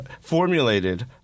formulated